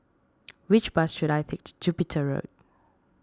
which bus should I take to Jupiter Road